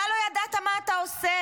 כלל לא ידעת מה אתה עושה.